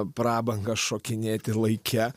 prabangą šokinėti laike